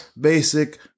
basic